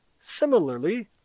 Similarly